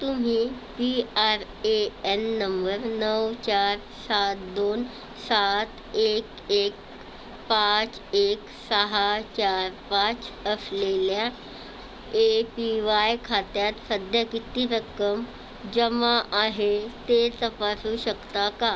तुम्ही P R A N number नऊ चार सात दोन सात एक एक पाच एक सहा चार पाच असलेल्या ए पी वाय खात्यात सध्या किती रक्कम जमा आहे ते तपासू शकता का